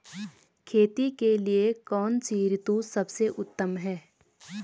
खेती के लिए कौन सी ऋतु सबसे उत्तम है?